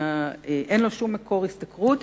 אין לו שום מקור השתכרות,